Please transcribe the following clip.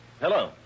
Hello